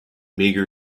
meager